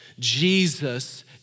Jesus